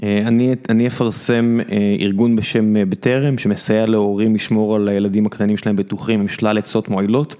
אני אפרסם ארגון בשם בטרםב שמסייע להורים לשמור על הילדים הקטנים שלהם בטוחים עם שלל עצות מועילות.